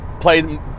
played